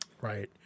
Right